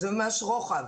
זה ממש לרוחב.